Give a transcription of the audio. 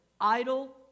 idle